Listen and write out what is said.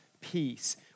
peace